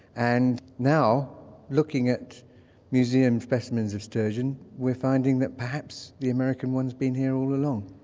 and now looking at museum specimens of sturgeon we're finding that perhaps the american one's been here all along.